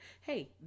Hey